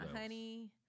Honey